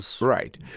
Right